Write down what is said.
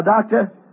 Doctor